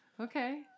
Okay